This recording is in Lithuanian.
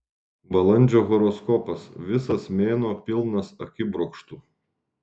balandžio horoskopas visas mėnuo pilnas akibrokštų